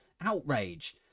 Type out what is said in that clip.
outrage